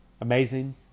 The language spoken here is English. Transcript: amazing